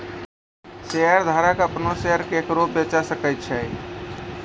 शेयरधारक अपनो शेयर केकरो बेचे सकै छै